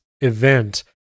event